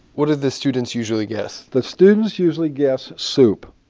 what do the students usually guess? the students usually guess soup,